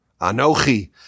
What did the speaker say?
Anochi